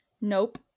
Nope